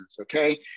okay